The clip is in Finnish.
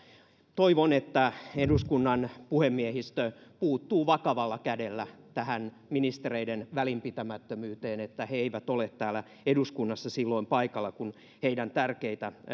toivon että eduskunnan puhemiehistö puuttuu vakavalla kädellä tähän ministereiden välinpitämättömyyteen että he eivät ole täällä eduskunnassa paikalla silloin kun heidän tärkeitä